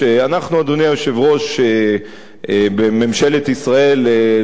אם היושב-ראש היה מאפשר לי להשלים מה שאני אומר,